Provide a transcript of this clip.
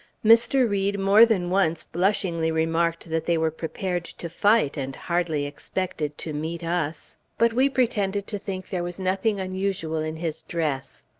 mr. read more than once blushingly remarked that they were prepared to fight, and hardly expected to meet us but we pretended to think there was nothing unusual in his dress.